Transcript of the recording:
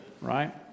right